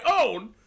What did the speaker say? own